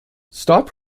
stop